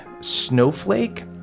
snowflake